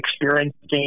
experiencing